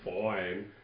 fine